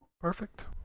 perfect